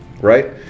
right